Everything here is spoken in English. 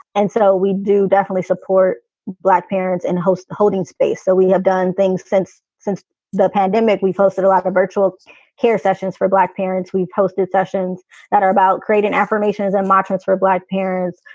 and so we do definitely support black parents in the holding space. so we have done things since. since the pandemic, we posted a lack of virtual care sessions for black parents. we've posted sessions that are about creating affirmations and moderates for black parents.